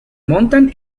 montan